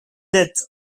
death